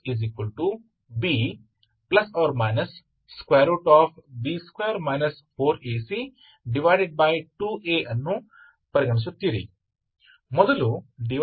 ನೀವು dydxB±B2 4AC2A ಅನ್ನು ಪರಿಗಣಿಸುತ್ತೀರಾ